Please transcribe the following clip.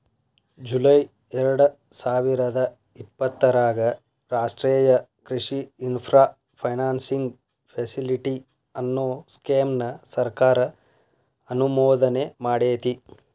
July ಎರ್ಡಸಾವಿರದ ಇಪ್ಪತರಾಗ ರಾಷ್ಟ್ರೇಯ ಕೃಷಿ ಇನ್ಫ್ರಾ ಫೈನಾನ್ಸಿಂಗ್ ಫೆಸಿಲಿಟಿ, ಅನ್ನೋ ಸ್ಕೇಮ್ ನ ಸರ್ಕಾರ ಅನುಮೋದನೆಮಾಡೇತಿ